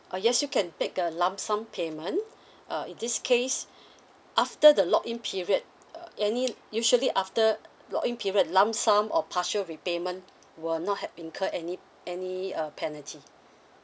uh yes you can take a lump sum payment uh in this case after the lock in period uh any usually after lock in period lump sum or partial repayment will not had incur any any uh penalty